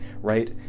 right